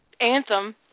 Anthem